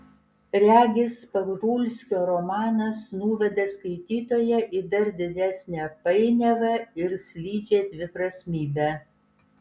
regis parulskio romanas nuveda skaitytoją į dar didesnę painiavą ir slidžią dviprasmybę